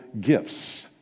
gifts